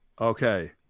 Okay